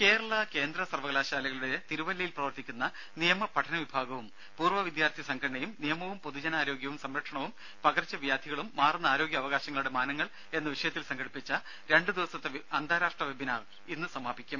ദര കേരള കേന്ദ്ര സർവകലാശാലകളുടെ തിരുവല്ലയിൽ പ്രവർത്തിക്കുന്ന നിയമ പഠന വിഭാഗവും പൂർവ്വ വിദ്യാർഥി സംഘടനയും നിയമവും പൊതു ജനാരോഗ്യ സംരക്ഷണവും പകർച്ച വ്യാധികളും മാറുന്ന ആരോഗ്യ അവകാശങ്ങളുടെ മാനങ്ങൾ എന്ന വിഷയത്തിൽ സംഘടിപ്പിച്ച രണ്ടു ദിവസത്തെ അന്താരാഷ്ട്ര വെബിനാർ ഇന്ന് സമാപിക്കും